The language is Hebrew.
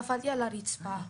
נפלתי על הרצפה,